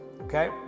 Okay